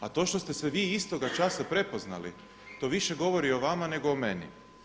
A to što ste se vi istoga časa prepoznali, to više govori o vama nego o meni.